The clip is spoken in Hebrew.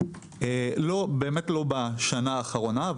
לא בשנה האחרונה,